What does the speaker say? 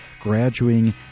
graduating